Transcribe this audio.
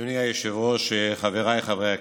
אדוני היושב-ראש, חבריי חברי הכנסת,